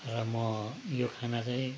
र म यो खाना चाहिँ